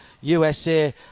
USA